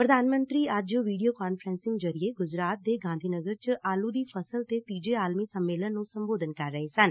ਪ੍ਰਧਾਨ ਮੰਤਰੀ ਅੱਜ ਵੀਡੀਓ ਕਾਨਫਰਸਿੰਗ ਜ਼ਰੀਏ ਗੁਜਰਾਤ ਦੇ ਗਾਂਧੀਨਗਰ ਚ ਆਲੁ ਦੁ ਫਸਲ ਤੇ ਤੀਜੇ ਆਲਮੀ ਸੰਮੇਲਨ ਨੂੰ ਸੰਬੋਧਨ ਕਰ ਰਹੇ ਸਨ